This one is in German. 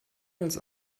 als